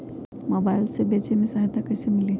Mobile से बेचे में सहायता कईसे मिली?